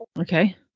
Okay